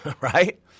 right